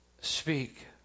speak